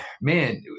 man